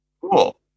Cool